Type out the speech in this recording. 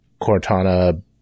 Cortana